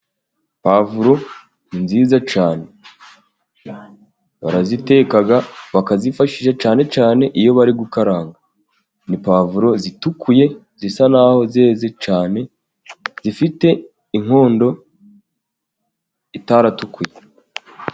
Pwavuro ni nziza cyane. Baraziteka bakazifashisha cyane cyane iyo bari gukaranga. Ni pwavuro zitukuye zisa n'aho zeze cyane. Zifite inkondo itaratukuye.